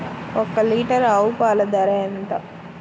ఒక్క లీటర్ ఆవు పాల ధర ఎంత?